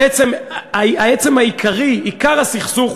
עיקר הסכסוך,